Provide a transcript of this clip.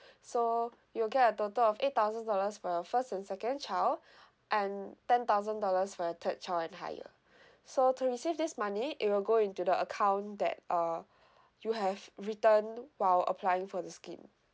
so you'll get a total of eight thousand dollars for your first and second child and ten thousand dollars for your third child and higher so to receive this money it will go into the account that uh you have written while applying for the scheme